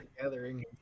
gathering